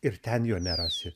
ir ten jo nerasi